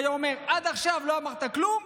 הוא היה אומר: עד עכשיו לא אמרת כלום,